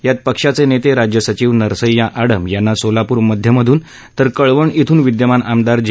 यात पक्षाचे नेते राज्य सचिव नरसय्या आडम यांना सोलापूर मध्य मधून तर कळवण इथून विदयमान आमदार जे